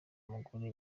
mugore